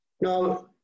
Now